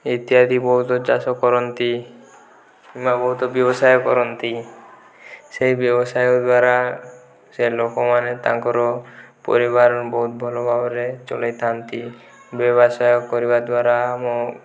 ଇତ୍ୟାଦି ବହୁତ ଚାଷ କରନ୍ତି ନା ବହୁତ ବ୍ୟବସାୟ କରନ୍ତି ସେହି ବ୍ୟବସାୟ ଦ୍ୱାରା ସେ ଲୋକମାନେ ତାଙ୍କର ପରିବାର ବହୁତ ଭଲ ଭାବରେ ଚଳାଇ ଥାଆନ୍ତି ବ୍ୟବସାୟ କରିବା ଦ୍ୱାରା ଆମ